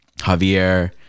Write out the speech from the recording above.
Javier